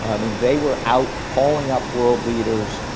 i mean, they were out hauling up world leaders,